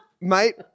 mate